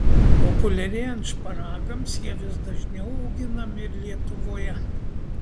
populiarėjant šparagams jie vis dažniau auginami ir lietuvoje